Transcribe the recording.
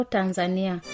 Tanzania